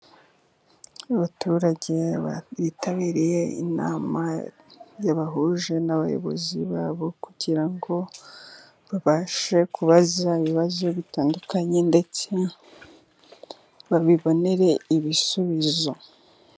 Abaturage bitabiriye inama yabahuje n'abayobozi babo， kugira ngo babashe kubaza ibibazo bitandukanye， ndetse babibonere ibisubizo.